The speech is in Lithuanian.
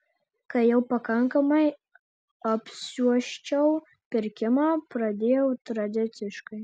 kai jau pakankamai apsiuosčiau pirkimą pradėjau tradiciškai